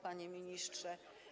Panie Ministrze!